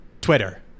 Twitter